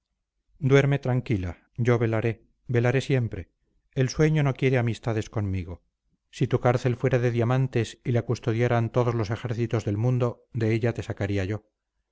duerme tranquila yo velaré velaré siempre el sueño no quiere amistades conmigo si tu cárcel fuera de diamantes y la custodiaran todos los ejércitos del mundo de ella te sacaría yo